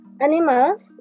animals